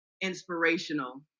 inspirational